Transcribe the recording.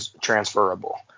transferable